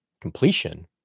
completion